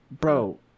bro